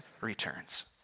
returns